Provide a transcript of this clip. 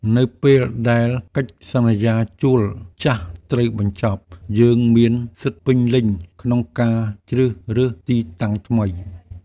នៅពេលដែលកិច្ចសន្យាជួលចាស់ត្រូវបញ្ចប់ យើងមានសិទ្ធិពេញលេញក្នុងការជ្រើសរើសទីតាំងថ្មី។